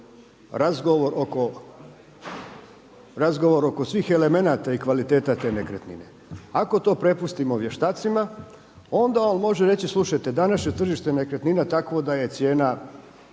razgovor oko svih elemenata i kvaliteta te nekretnine. Ako to prepustimo vještacima, onda on može reći slušajte današnje je tržište nekretnina takvo da je cijena